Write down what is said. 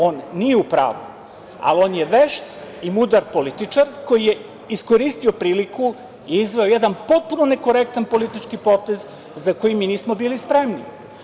On nije u pravu, ali on je vešt i mudar političar koji je iskoristio priliku i izveo jedan potpuno nekorektan politički potez za koji mi nismo bili spremni.